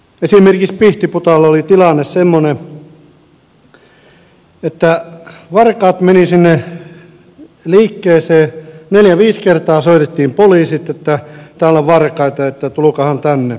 esimerkiksi pihtiputaalla oli tilanne semmoinen että varkaat menivät liikkeeseen neljä viisi kertaa soitettiin poliisit että täällä on varkaita tulkaahan tänne